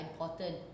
important